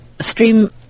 stream